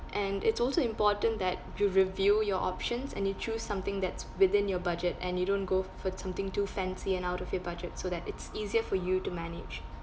and it's also important that you review your options and you choose something that's within your budget and you don't go for something too fancy and out of your budget so that it's easier for you to manage